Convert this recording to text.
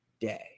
day